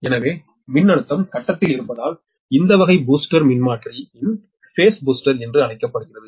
எனவே மின்னழுத்தம் கட்டத்தில் இருப்பதால் இந்த வகை பூஸ்டர் மின்மாற்றி இன் இன் ஃபேஸ் பூஸ்டர் என்று அழைக்கப்படுகிறது